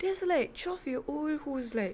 there's like twelve year old who's like